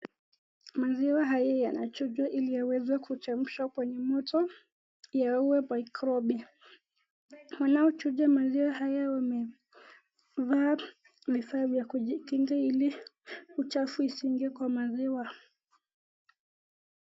Maziwa haya yanachujwa ili yaweze kuchemshwa kwenye moto yawe microbia . Wanao chuja maziwa haya wamevaa vifaa vya kujikinga ili uchafu isiingie kwa maziwa.